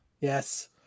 Yes